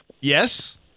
Yes